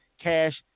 cash